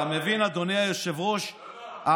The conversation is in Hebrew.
אדוני היושב-ראש,